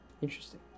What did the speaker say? interesting